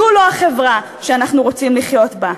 זו לא החברה שאנחנו רוצים לחיות בה.